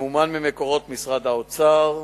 ממומן ממקורות משרד האוצר,